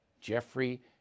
Jeffrey